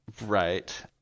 Right